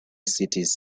cities